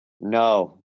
No